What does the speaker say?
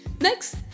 Next